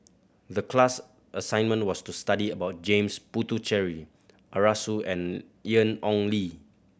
the class assignment was to study about James Puthucheary Arasu and Ian Ong Li